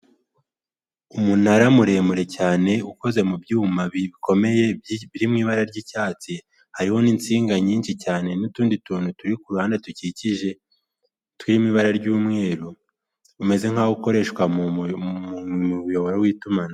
Umunara muremure cyane, ukoze mu byuma bikomeye biri mu ibara ry'icyatsi, hariho n'insinga nyinshi cyane n'utundi tuntu turi ku ruhande dukikije, turimo ibara ry'umweru, umeze nk'aho ukoreshwa mu muyoboro w'itumanaho.